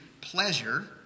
pleasure